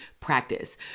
practice